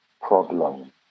problem